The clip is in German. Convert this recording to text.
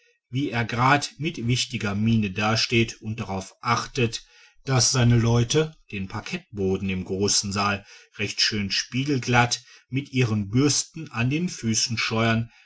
wie er gerade mit wichtiger miene dasteht und darauf achtet daß seine leute den parkettboden im großen saal recht schön spiegelglatt mit ihren bürsten an den füßen scheuern